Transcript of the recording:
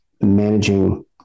managing